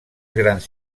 grans